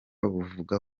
buvuga